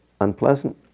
Unpleasant